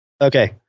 Okay